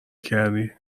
کردی